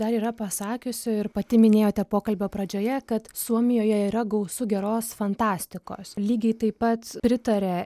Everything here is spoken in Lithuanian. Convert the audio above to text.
dar yra pasakiusi ir pati minėjote pokalbio pradžioje kad suomijoje yra gausu geros fantastikos lygiai taip pat pritaria